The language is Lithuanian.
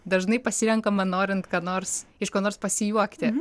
dažnai pasirenkama norint ką nors iš ko nors pasijuokti